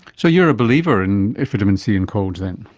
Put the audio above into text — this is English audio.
so you're a believer in vitamin c and colds then?